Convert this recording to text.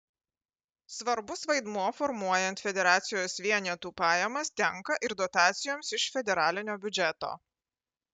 svarbus vaidmuo formuojant federacijos vienetų pajamas tenka ir dotacijoms iš federalinio biudžeto